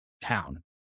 town